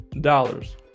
dollars